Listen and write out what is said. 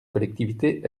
collectivités